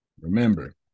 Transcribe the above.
Remember